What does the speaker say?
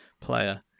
player